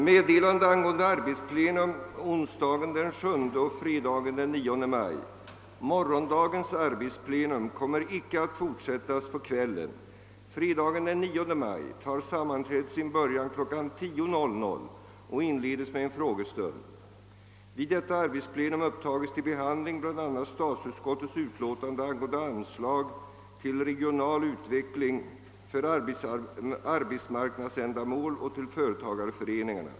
Morgondagens arbetsplenum kommer icke att fortsättas på kvällen. Fredagen den 9 maj tar sammanträdet sin början kl. 10.00 och inledes med en frågestund. Vid detta arbetsplenum upptages till behandling bl a. statsutskottets utlåtanden angående anslag till regional utveckling, för arbetsmarknadsändamål och till företagarföreningarna.